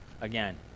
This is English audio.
again